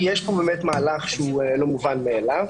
יש פה מהלך שהוא באמת לא מובן מאליו.